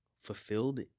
fulfilled